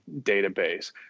database